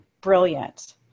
brilliant